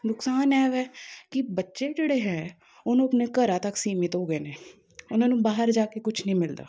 ਨੁਕਸਾਨ ਹੈ ਵੈ ਕਿ ਬੱਚੇ ਜਿਹੜੇ ਹੈ ਉਹਨੂੰ ਆਪਣੇ ਘਰਾਂ ਤੱਕ ਸੀਮਿਤ ਹੋ ਗਏ ਨੇ ਉਹਨਾਂ ਨੂੰ ਬਾਹਰ ਜਾ ਕੇ ਕੁਛ ਨਹੀਂ ਮਿਲਦਾ